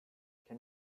can